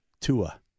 Tua